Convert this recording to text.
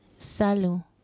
Salu